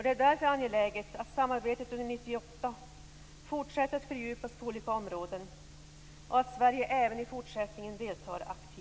Det är därför angeläget att samarbetet fortsätter att fördjupas på olika områden under 1998 och att Sverige även i fortsättningen deltar aktivt.